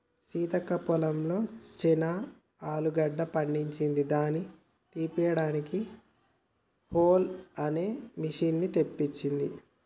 సీతక్క పొలంలో చానా ఆలుగడ్డ పండింది దాని తీపియడానికి హౌల్మ్ అనే మిషిన్ని తెప్పించింది